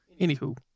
anywho